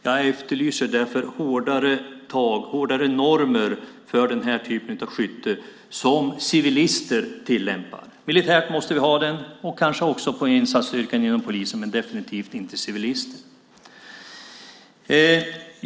Jag efterlyser därför hårdare normer för den här typen av skytte tillämpat av civilister. Militärt måste vi ha det, och kanske också inom polisens insatsstyrka, men definitivt inte för civilister.